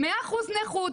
100% נכות,